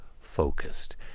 focused